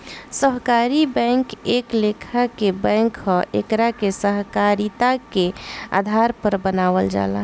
सहकारी बैंक एक लेखा के बैंक ह एकरा के सहकारिता के आधार पर बनावल जाला